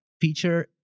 feature